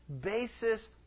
basis